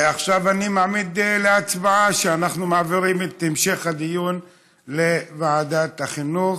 אנחנו מעבירים את המשך הדיון לוועדת החינוך.